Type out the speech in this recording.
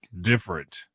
different